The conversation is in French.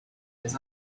des